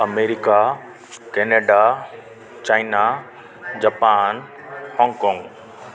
America Canada China Japan Hong Kong